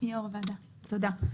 יושב-ראש הוועדה, תודה.